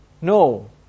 no